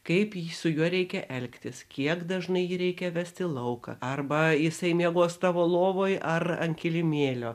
kaip jį su juo reikia elgtis kiek dažnai reikia vesti lauką arba jisai miegos tavo lovoje ar ant kilimėlio